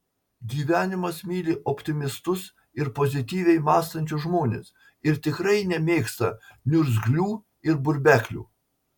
gyvenimas myli optimistus ir pozityviai mąstančius žmones ir tikrai nemėgsta niurgzlių ir burbeklių